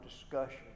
discussion